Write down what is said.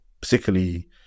Particularly